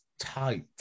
tight